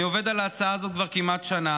אני עובד על ההצעה הזאת כבר כמעט שנה,